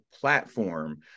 platform